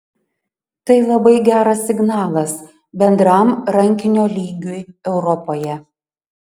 tai labai geras signalas bendram rankinio lygiui europoje